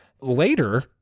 Later